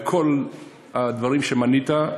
בכל הדברים שמנית,